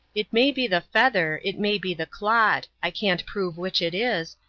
it may be the feather, it may be the clod i can't prove which it is,